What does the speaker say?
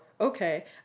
okay